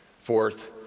Fourth